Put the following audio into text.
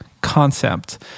concept